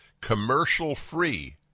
commercial-free